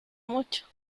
mucho